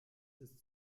ist